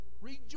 rejoice